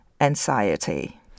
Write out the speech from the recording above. anxiety